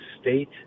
state